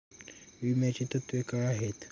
विम्याची तत्वे काय आहेत?